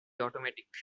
automatic